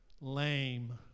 lame